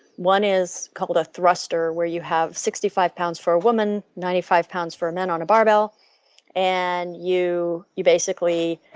one is coupled a thruster where you have sixty five pounds for a woman, ninety five pounds for a man on a barbell and you you basically